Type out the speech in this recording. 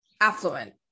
affluent